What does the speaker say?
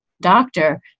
doctor